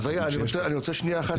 רגע, אני רוצה שנייה אחת.